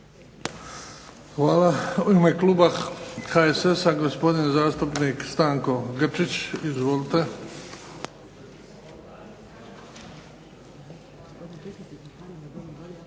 Hvala. U ime kluba HSS-a gospodin zastupnik Stanko Grčić. Izvolite.